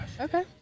Okay